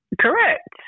Correct